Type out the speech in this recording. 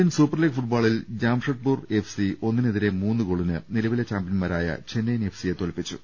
Indian super league ഫുട്ബോളിൽ Jamshedpur F C ഒന്നിനെതിരെ മൂന്നു ഗോളിന് നിലവിലെ ചാമ്പൃന്മാരായ ചെന്നൈയിൻ എഫ് സിയെ തോല്പിച്ചു